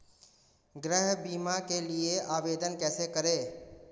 गृह बीमा के लिए आवेदन कैसे करें?